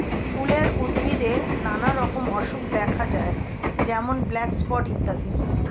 ফুলের উদ্ভিদে নানা রকম অসুখ দেখা যায় যেমন ব্ল্যাক স্পট ইত্যাদি